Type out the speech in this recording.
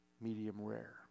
medium-rare